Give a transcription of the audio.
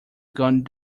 gone